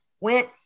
went